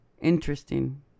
Interesting